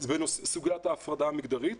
סוגיית ההפרדה המגדרית.